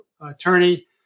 attorney